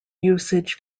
usage